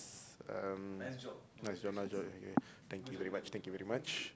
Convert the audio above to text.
uh nice job nice job okay thank you very much thank you very much